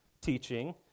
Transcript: teaching